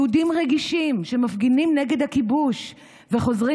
/ יהודים רגישים שמפגינים נגד הכיבוש / וחוזרים